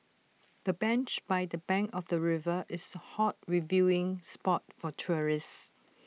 the bench by the bank of the river is A hot viewing spot for tourists